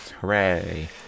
Hooray